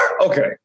Okay